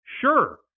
sure